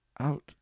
Out